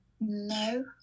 No